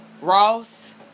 Ross